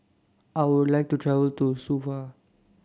I Would like to travel to Suva